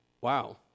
wow